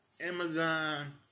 Amazon